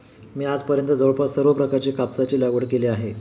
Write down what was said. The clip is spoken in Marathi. मी आजपर्यंत जवळपास सर्व प्रकारच्या कापसाची लागवड केली आहे